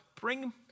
bring